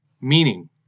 Meaning